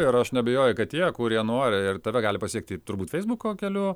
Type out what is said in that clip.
ir aš neabejoju kad tie kurie nori ir tave gali pasiekti turbūt feisbuko keliu